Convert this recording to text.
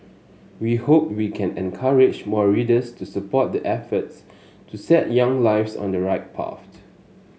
we hope we can encourage more readers to support the efforts to set young lives on the right path